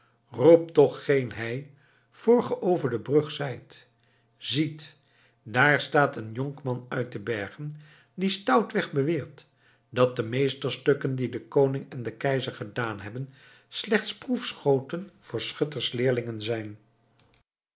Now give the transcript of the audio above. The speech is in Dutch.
roept toch geen hei voor ge over de brug zijt ziet daar staat een jonkman uit de bergen die stoutweg beweert dat de meesterstukken die de koning en de keizer gedaan hebben slechts proefschoten voor schutters leerlingen zijn